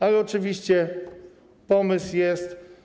Ale oczywiście pomysł jest.